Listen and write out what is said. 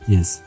Yes